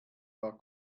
war